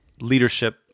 leadership